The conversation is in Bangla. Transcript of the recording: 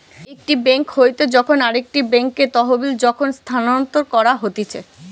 একটি বেঙ্ক হইতে যখন আরেকটি বেঙ্কে তহবিল যখন স্থানান্তর করা হতিছে